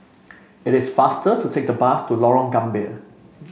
it is faster to take the bus to Lorong Gambir